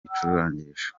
bicurangisho